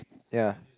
ya